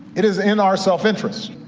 it is in our self-interest.